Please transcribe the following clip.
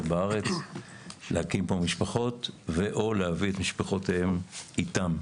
בארץ ולהקים פה משפחות או להביא את משפחותיהם איתם.